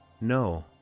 No